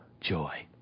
joy